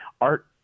Art